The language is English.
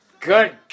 Good